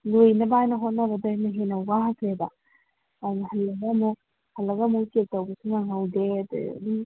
ꯂꯣꯏꯅꯕꯅ ꯍꯣꯠꯅꯕꯗꯅ ꯍꯦꯟꯅ ꯋꯥꯒ꯭ꯔꯦꯕ ꯑꯗꯨꯅ ꯍꯌꯦꯡꯃꯨꯛ ꯑꯃꯨꯛ ꯍꯜꯂꯒ ꯑꯃꯨꯛ ꯆꯦꯛꯇꯧꯁꯨ ꯅꯪꯍꯧꯗꯦ ꯑꯩꯗꯒꯤ ꯑꯗꯨꯝ